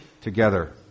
together